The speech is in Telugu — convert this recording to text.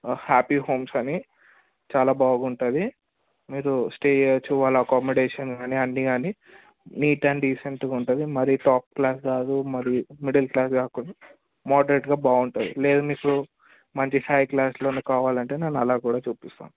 హ్యాపీ హోమ్స్ అని చాలా బాగుంటుంది మీరు స్టే చేయవచ్చు వాళ్ళ అకోమోడేషన్ కానీ అన్ని కానీ నీట్ అండ్ డీసెంట్గా ఉంటుంది మరి టాప్ క్లాస్ కాదు మరి మిడిల్ క్లాస్ కాకుండా మోడరేట్గా బాగుంటుంది లేదు మీకు మంచి హై క్లాస్లో కావాలంటే నేను అలా కూడా చూపిస్తాను